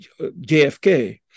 jfk